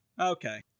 Okay